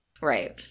right